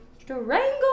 strangle